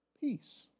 peace